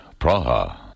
Praha